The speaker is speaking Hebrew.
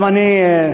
גם אני,